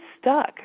stuck